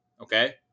okay